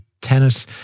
tennis